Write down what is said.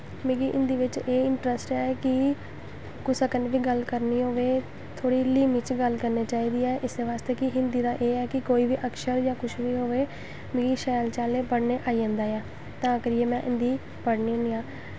मिगी हिन्दी बिच्च एह् इंट्रस्ट ऐ कि कुसै कन्नै बी गल्ल करनी होऐ थोह्ड़ी ल्हीमी च गल्ल करनी चाहिदी ऐ इस्सै बास्तै कि हिन्दी दा एह् ऐ कि कोई बी अक्षर जां कुछ बी होए मिगी शैल चाल्ली पढ़ने आई जंदा ऐ तां करियै में हिन्दी पढ़नी होन्नी आं